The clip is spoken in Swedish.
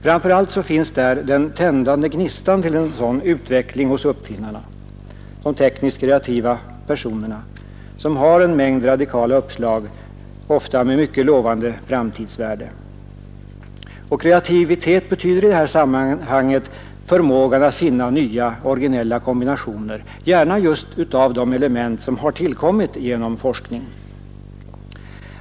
Framför allt finns den tändande gnistan till en sådan utveckling hos uppfinnarna, de tekniskt kreativa personerna som har en mängd radikala uppslag, ofta med mycket lovande framtidsvärde. Kreativitet betyder i detta sammanhang förmågan att finna nya originella kombinationer — gärna just av de element som har tillkommit genom forskning.